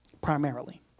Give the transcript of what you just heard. primarily